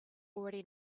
already